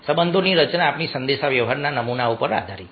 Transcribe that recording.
સંબંધોની રચના આપણી સંદેશા વ્યવહાર નમૂનો પર આધારિત છે